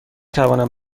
توانم